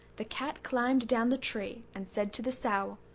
the cat climbed down the tree, and said to the sow,